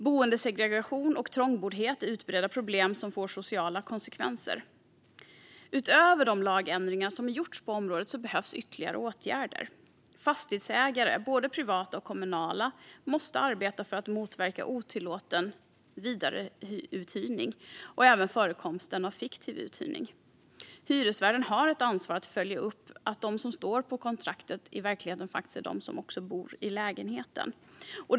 Boendesegregation och trångboddhet är utbredda problem som får sociala konsekvenser. Utöver de lagändringar som gjorts på området behövs ytterligare åtgärder. Fastighetsägare, både privata och kommunala, måste arbeta för att motverka otillåten vidareuthyrning och även förekomsten av fiktiv uthyrning. Hyresvärden har ett ansvar att följa upp att de som står på kontraktet faktiskt också är de som bor i lägenheten i verkligheten.